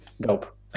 dope